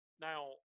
Now